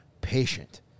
patient